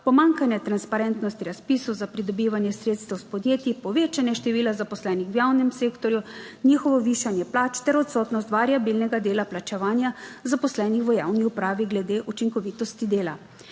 pomanjkanja transparentnosti razpisov za pridobivanje sredstev iz podjeti, povečanje števila zaposlenih v javnem sektorju, njihovo višanje plač ter odsotnost variabilnega dela plačevanja zaposlenih v javni upravi glede učinkovitosti dela.